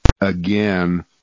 again